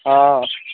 ହଁ